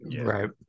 Right